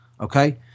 okay